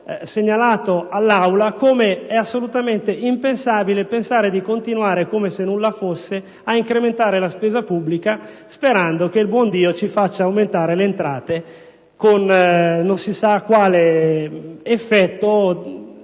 segnalato all'Aula come sia assolutamente impensabile continuare, come se nulla fosse, ad incrementare la spesa pubblica, sperando che il buon Dio faccia aumentare le entrate con un non meglio specificato effetto